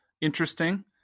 interesting